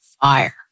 fire